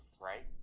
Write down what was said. right